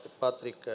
Patrick